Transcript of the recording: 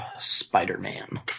Spider-Man